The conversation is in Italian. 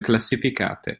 classificate